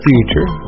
Future